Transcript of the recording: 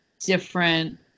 different